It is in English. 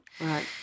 Right